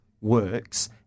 works